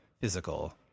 physical